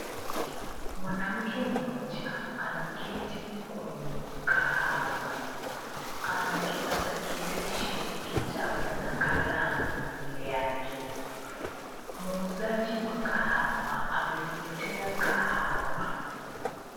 Mwanamke mmoja ameketi kwenye mkahawa. Ana kipakatilishi, kitabu na kalamu mbele yake. Muuzaji wa kahawa amemletea kahawa.